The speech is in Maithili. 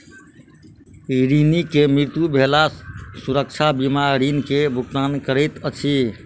ऋणी के मृत्यु भेला सुरक्षा बीमा ऋण के भुगतान करैत अछि